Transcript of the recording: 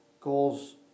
goals